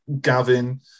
gavin